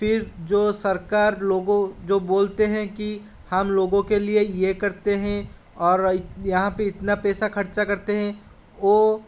फिर जो सरकार लोगों जो बोलते हैं कि हम लोगों के लिए ये करते हैं और यहाँ पर इतना पैसा खर्चा करते हैं वो